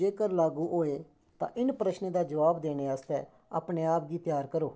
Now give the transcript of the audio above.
जेकर लागू होऐ तां इ'न प्रश्नें दा जवाब देने आस्तै अपने आपै गी त्यार करो